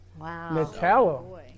Wow